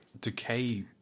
decay